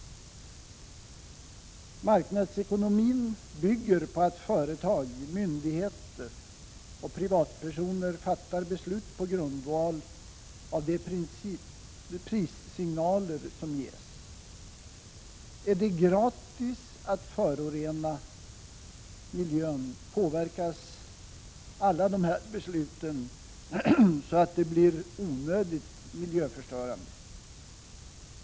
Marknadsekonomin bygger på att företag, myndigheter och privatpersoner fattar beslut på grundval av de prissignaler som ges. Är det gratis att förorena miljön påverkas alla dessa beslut så, att de blir onödigt miljöförstörande.